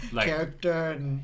character